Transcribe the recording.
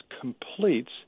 completes